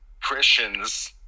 christians